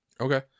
Okay